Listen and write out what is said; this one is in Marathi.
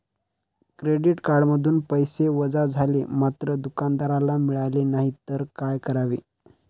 क्रेडिट कार्डमधून पैसे वजा झाले मात्र दुकानदाराला मिळाले नाहीत तर काय करावे?